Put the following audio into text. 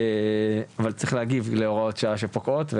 אבל צריך להגיב להוראות שעה שפוקעות,